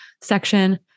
section